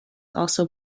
also